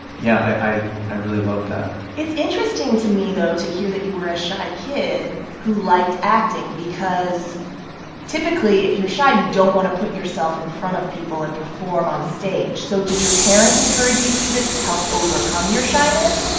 yeah, i i really loved that it's interesting to me, though, to hear that you were a shy kid who liked acting because typically, if you're shy, you don't want to put yourself in front of people and perform on stage. so did your parents encourage you to do this to help overcome your shyness,